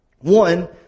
One